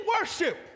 worship